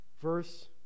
verse